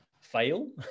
fail